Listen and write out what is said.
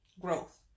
growth